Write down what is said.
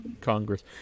Congress